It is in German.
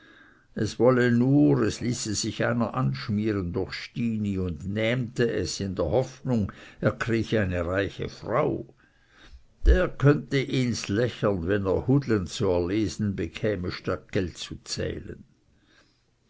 es wollte nur es ließe sich einer anschmieren durch stini und nähmte es in der hoffnung er kriege eine reiche frau der könnte ihns lächern wenn er hudlen zu erlesen bekäme statt geld zu zählen